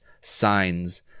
signs